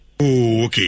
okay